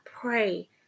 Pray